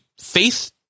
faith